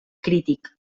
crític